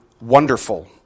wonderful